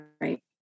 Right